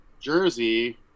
Jersey